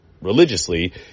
religiously